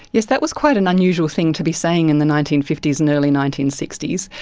yes, that was quite an unusual thing to be saying in the nineteen fifty s and early nineteen sixty s.